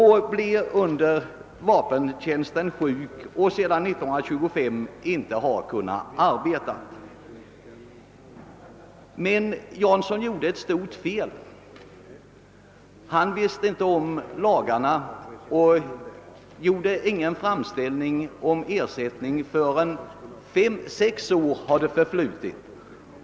Han blev under vapentjänsten sjuk och har sedan 1925 inte kunnat arbeta. Men Jansson gjorde ett stort fel. Han kände inte till lagarna och gjorde ingen framställning om ersättning förrän efter det att fem å sex år hade förflutit.